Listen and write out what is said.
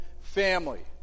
family